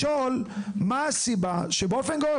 לשאול מה הסיבה שבאופן גורף,